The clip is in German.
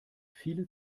viele